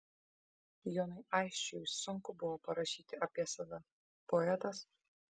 jonui aisčiui sunku buvo parašyti apie save poetas